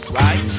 right